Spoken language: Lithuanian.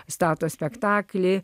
stato spektaklį